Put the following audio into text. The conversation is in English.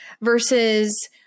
versus